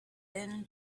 thin